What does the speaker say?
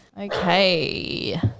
Okay